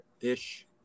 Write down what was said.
ish